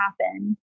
happen